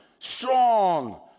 strong